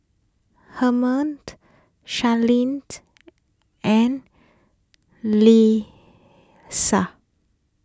Hernan Sharleen and